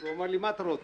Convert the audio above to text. הוא אמר לי: מה אתה רוצה?